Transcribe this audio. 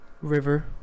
River